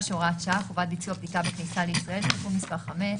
(הוראת שעה) (חובת ביצוע בדיקה בכניסה לישראל) (תיקון מס' 5),